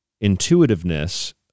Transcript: intuitiveness